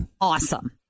awesome